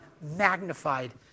magnified